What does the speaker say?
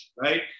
right